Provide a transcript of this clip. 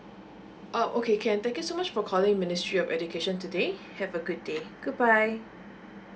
oh okay can thank you so much for calling ministry of education today have a good day goodbye